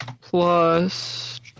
plus